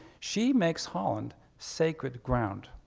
she makes holland sacred ground.